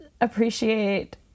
appreciate